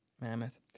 Mammoth